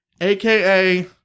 AKA